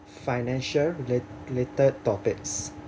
financial relate~ related topics